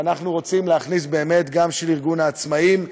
ואנחנו רוצים להכניס באמת גם, ארגון העצמאיים.